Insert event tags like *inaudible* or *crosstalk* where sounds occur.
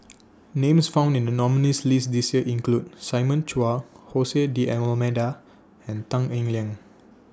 *noise* Names found in The nominees' list This Year include Simon Chua Jose D'almeida and Tan Eng Liang